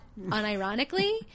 unironically